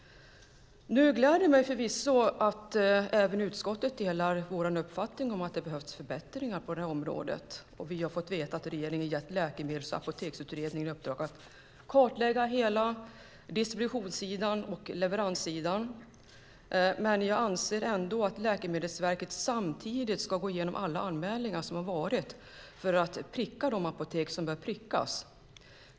Det gläder mig förvisso att utskottet delar vår uppfattning att det behövs förbättringar på det här området. Vi har fått veta att regeringen gett Läkemedels och apoteksutredningen i uppdrag att kartlägga hela distributionssidan och leveranssidan, men jag anser att Läkemedelsverket samtidigt ska gå igenom alla anmälningar som gjorts för att pricka de apotek som bör prickas.